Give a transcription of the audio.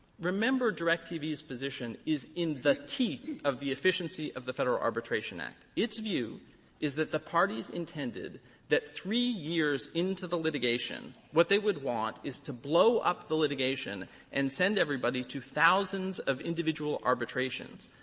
remember, directv's position is in the teeth of the efficiency of the federal arbitration act. its view is that the parties intended that three years into the litigation, what they would want is to blow up the litigation and send everybody to thousands of individual arbitrations.